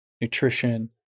nutrition